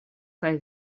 kaj